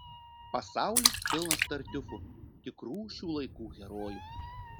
pasaulis pilnas tartiufų tikrų šių laikų herojų